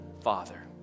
Father